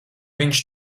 viņš